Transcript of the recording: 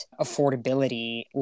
affordability